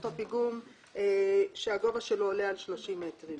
אותו פיגום שהגובה שלו עולה על 30 מטרים.